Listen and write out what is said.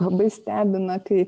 labai stebina kai